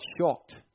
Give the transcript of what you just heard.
shocked